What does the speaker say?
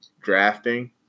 drafting